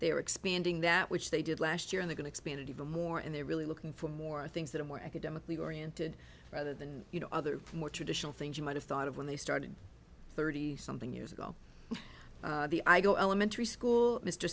they are expanding that which they did last year in the going to expand it even more and they're really looking for more things that are more academically oriented rather than you know other more traditional things you might have thought of when they started thirty something years ago the i go elementary school mr